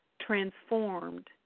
transformed